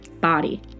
body